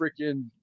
freaking